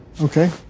Okay